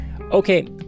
Okay